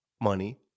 money